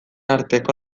arteko